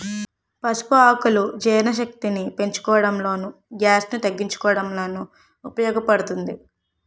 పసుపు ఆకులు జీర్ణశక్తిని పెంచడంలోను, గ్యాస్ ను తగ్గించడంలోనూ ఉపయోగ పడుతుంది